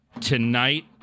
tonight